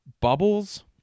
Bubbles